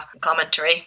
commentary